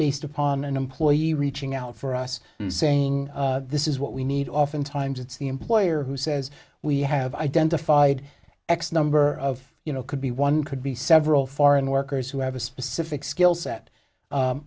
based upon an employee reaching out for us and saying this is what we need oftentimes it's the employer who says we have identified x number of you know could be one could be several foreign workers who have a specific skill set